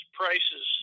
prices